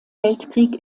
weltkrieg